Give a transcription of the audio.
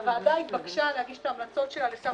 הוועדה התבקשה להגיש את המלצות שלה לשר